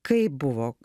kaip buvo